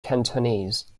cantonese